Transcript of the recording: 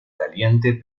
caliente